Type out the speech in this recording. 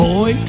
Boy